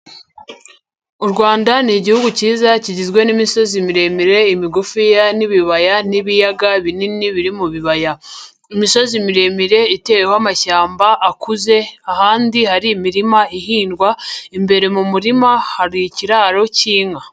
U Rwanda ni Igihugu cyiza kigizwe n'imisozi miremire, imigufiya n'ibibaya n'ibiyaga binini biri mu bibaya, imisozi miremire iteweho amashyamba akuze, ahandi hari imirima ihingwa imbere mu murima hari ikiraro cy'inka.